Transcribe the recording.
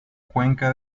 cuenca